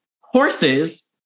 Horses